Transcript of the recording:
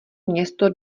město